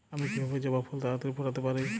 আমি কিভাবে জবা ফুল তাড়াতাড়ি ফোটাতে পারি?